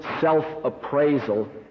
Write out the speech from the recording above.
self-appraisal